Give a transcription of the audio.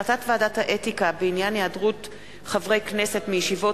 החלטת ועדת האתיקה בעניין היעדרות חברי הכנסת מישיבות